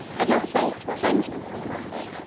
i don't say it to offend you, mrs. mumford,